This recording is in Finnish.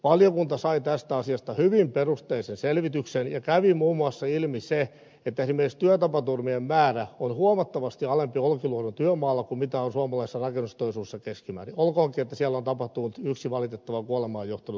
valiokunta sai tästä asiasta hyvin perusteellisen selvityksen ja kävi muun muassa ilmi se että esimerkiksi työtapaturmien määrä on huomattavasti alempi olkiluodon työmaalla kuin on suomalaisessa rakennusteollisuudessa keskimäärin olkoonkin että siellä on tapahtunut yksi valitettava kuolemaan johtanut työtapaturma